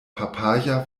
papaya